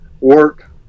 work